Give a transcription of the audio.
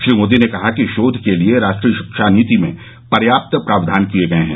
श्री मोदी ने कहा कि शोध के लिए राष्ट्रीय शिक्षा नीति में पर्याप्त प्राव्यान किये गये हैं